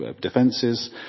defences